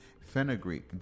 fenugreek